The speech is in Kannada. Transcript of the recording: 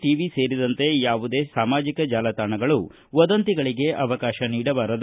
ಟವಿ ಸೇರಿದಂತೆ ಯಾವುದೇ ಸಾಮಾಜಿಕ ಚಾಲತಾಣಗಳು ವದಂತಿಗಳಿಗೆ ಅವಕಾಶ ನೀಡಬಾರದು